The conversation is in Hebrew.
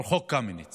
על חוק קמיניץ